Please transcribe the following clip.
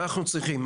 מה אנחנו צריכים?